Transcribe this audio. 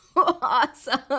Awesome